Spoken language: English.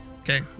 Okay